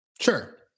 Sure